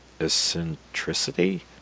eccentricity